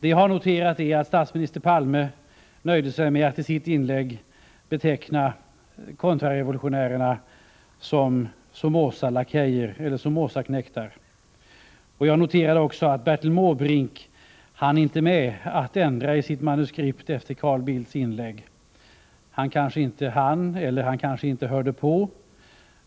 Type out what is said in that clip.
Vad jag noterat är att statsminister Palme nöjde sig med att i sitt inlägg beteckna kontrarevolutionärerna som Somozaknektar. Jag noterar också att Bertil Måbrink inte hann med att ändra i sitt manuskript efter Carl Bildts inlägg. Han kanske inte hann eller också hörde han inte Carl Bildts inlägg.